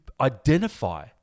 identify